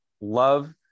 love